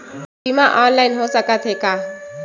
बीमा ऑनलाइन हो सकत हे का?